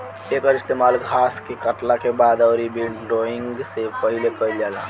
एकर इस्तेमाल घास के काटला के बाद अउरी विंड्रोइंग से पहिले कईल जाला